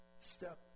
step